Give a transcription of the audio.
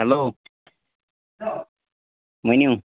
hello ؤنِو